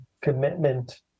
commitment